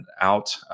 out